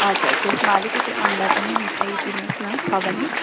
हजुर त्यसमा अलिकिति अन्डा पनि मिसाइदिनुहोस् न छ भने